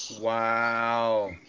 Wow